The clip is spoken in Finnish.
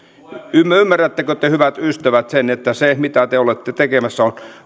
lisää ymmärrättekö te hyvät ystävät sen että se mitä te olette tekemässä